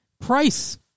price